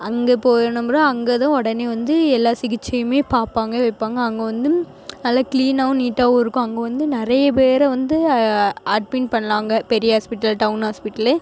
அங்கே போனப்பறம் அங்கே தான் உடனே வந்து எல்லா சிகிச்சையுமே பார்ப்பாங்க வைப்பாங்க அங்கே வந்து நல்லா கிளீன்னாகவும் நீட்டாவுருக்கும் அங்கே வந்து நிறைய பேர வந்து அட்மின் பண்ணலாங்க பெரிய ஹாஸ்பிடல் டவுன் ஹாஸ்பிடல்